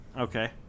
Okay